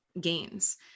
gains